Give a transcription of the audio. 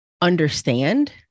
understand